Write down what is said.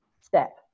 step